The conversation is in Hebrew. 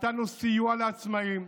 נתנו סיוע לעצמאים,